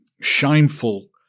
shameful